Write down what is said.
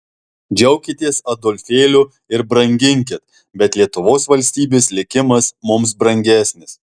džiaukitės adolfėliu ir branginkit bet lietuvos valstybės likimas mums brangesnis